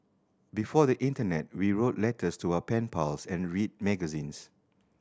before the internet we wrote letters to our pen pals and read magazines